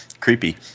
creepy